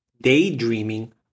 daydreaming